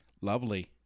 Lovely